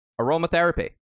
aromatherapy